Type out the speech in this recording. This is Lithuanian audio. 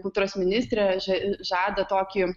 kultūros ministrė že žada tokį